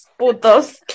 putos